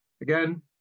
Again